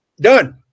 Done